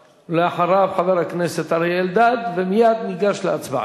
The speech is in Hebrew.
אחריו, חבר הכנסת אריה אלדד, ומייד ניגש להצבעה.